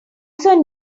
saw